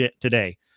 today